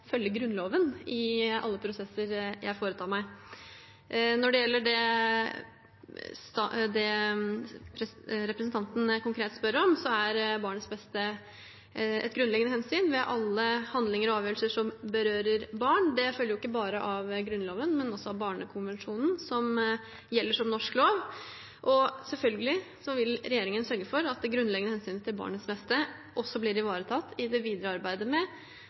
følge Grunnloven i alle prosesser jeg foretar meg. Når det gjelder det representanten konkret spør om, er barnets beste et grunnleggende hensyn ved alle handlinger og avgjørelser som berører barn. Det følger ikke bare av Grunnloven, men også av Barnekonvensjonen, som gjelder som norsk lov. Selvfølgelig vil regjeringen sørge for at det grunnleggende hensynet til barnets beste også blir ivaretatt i det videre arbeidet med